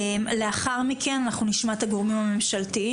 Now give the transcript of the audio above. לאחר מכן אנחנו נשמע את הגורמים הממשלתיים,